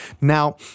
Now